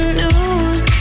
news